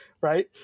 Right